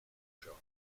jacques